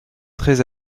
très